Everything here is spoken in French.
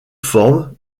forme